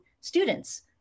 students